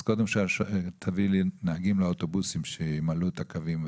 אז קודם תביאי לי נהגים לאוטובוסים שימלאו את הקווים,